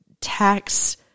tax